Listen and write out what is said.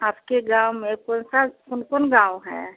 आपके गाँव में कौन सा कौन कौन गाँव है